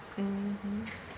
mmhmm